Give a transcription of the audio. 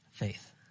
Faith